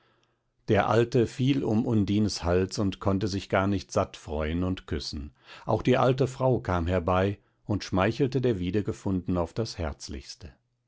der alte fiel um undines hals und konnte sich gar nicht satt freuen und küssen auch die alte frau kam herbei und schmeichelte der wiedergefundenen auf das herzlichste